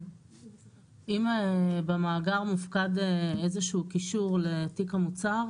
אם במאגר מופקד איזשהו קישור לתיק המוצר,